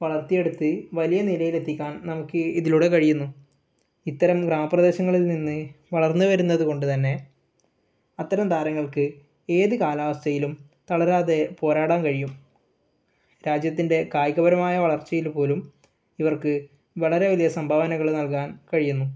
വളർത്തിയെടുത്ത് വലിയ നിലയിലെത്തിക്കാൻ നമുക്ക് ഇതിലൂടെ കഴിയുന്നു ഇത്തരം ഗ്രാമ പ്രദേശങ്ങളിൽ നിന്ന് വളർന്ന് വരുന്നത് കൊണ്ട് തന്നെ അത്തരം താരങ്ങൾക്ക് ഏത് കാലാവസ്ഥയിലും തളരാതെ പോരാടാൻ കഴിയും രാജ്യത്തിൻ്റെ കായികപരമായ വളർച്ചയിൽ പോലും ഇവർക്ക് വളരെ വലിയ സംഭാവനകൾ നൽകാൻ കഴിയുന്നു